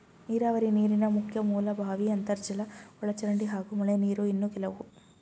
ನೀರಾವರಿ ನೀರಿನ ಮುಖ್ಯ ಮೂಲ ಬಾವಿ ಅಂತರ್ಜಲ ಒಳಚರಂಡಿ ಹಾಗೂ ಮಳೆನೀರು ಇನ್ನು ಕೆಲವು